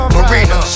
Marina